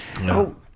No